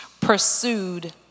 pursued